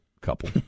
couple